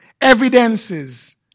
evidences